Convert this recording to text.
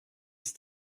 cet